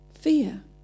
Fear